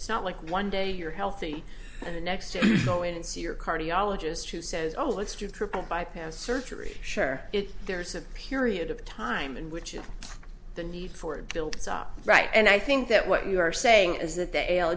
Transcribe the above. it's not like one day you're healthy and the next to go in and see your cardiologist who says oh it's true triple bypass surgery sure there's a period of time in which the need for it builds up right and i think that what you are saying is that the l